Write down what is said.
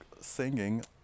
singing